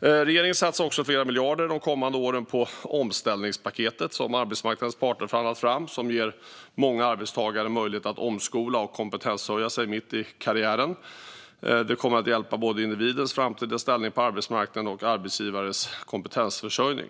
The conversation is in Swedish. Regeringen satsar också flera miljarder de kommande åren på det omställningspaket som arbetsmarknadens parter förhandlat fram, som ger många arbetstagare möjlighet att omskola och kompetenshöja sig mitt i karriären. Det kommer att hjälpa när det gäller både individens framtida ställning på arbetsmarknaden och arbetsgivares kompetensförsörjning.